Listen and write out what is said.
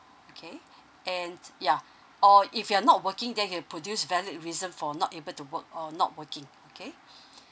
okay and ya or if you're not working then you can produce valid reason for not able to work or not working okay